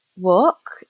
Walk